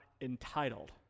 entitled